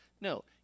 No